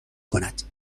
کند